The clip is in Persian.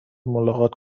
ملاقات